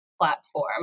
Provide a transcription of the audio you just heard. platform